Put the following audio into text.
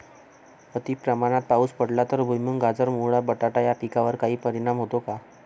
अतिप्रमाणात पाऊस पडला तर भुईमूग, गाजर, मुळा, बटाटा या पिकांवर काही परिणाम होतो का?